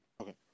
Okay